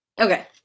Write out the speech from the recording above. Okay